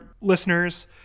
listeners